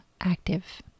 active